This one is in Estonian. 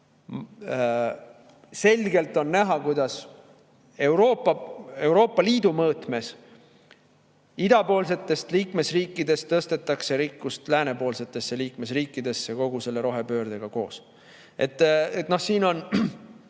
Selgelt on näha, kuidas Euroopa Liidu mõõtmes idapoolsetest liikmesriikidest tõstetakse rikkust läänepoolsetesse liikmesriikidesse kogu selle rohepöördega koos. Siin me